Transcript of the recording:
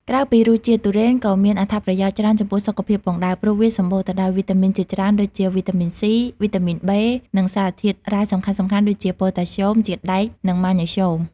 ក្រៅពីរសជាតិ ទុរេនក៏មានអត្ថប្រយោជន៍ច្រើនចំពោះសុខភាពផងដែរ ព្រោះវាសម្បូរទៅដោយវីតាមីនជាច្រើនដូចជា វីតាមីន ស៊ី វីតាមីន ប៊េ និងសារធាតុរ៉ែសំខាន់ៗដូចជា ប៉ូតាស្យូម ជាតិដែក និងម៉ាញ៉េស្យូម។